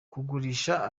kugurisha